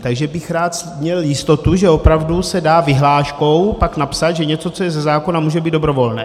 Takže bych rád měl jistotu, že opravdu se dá vyhláškou pak napsat, že něco, co je ze zákona, může být dobrovolné.